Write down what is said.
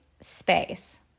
space